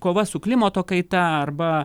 kova su klimato kaita arba